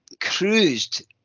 cruised